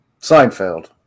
Seinfeld